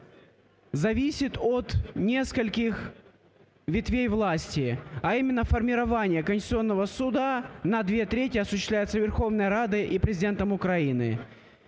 зависит от нескольких ветвей власти, а именно, формирования Конституционного Суда на две трети осуществляется Верховной Радой и Президентом Украины.